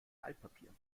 altpapier